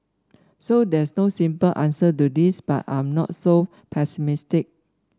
so there's no simple answer to this but I'm not so pessimistic